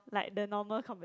like the normal competition